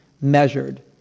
measured